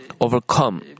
overcome